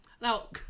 now